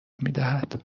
میدهند